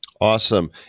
Awesome